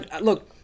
look